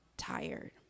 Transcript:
tired